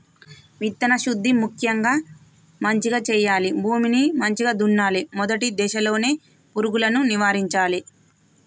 విత్తన శుద్ధి ముక్యంగా మంచిగ చేయాలి, భూమిని మంచిగ దున్నలే, మొదటి దశలోనే పురుగులను నివారించాలే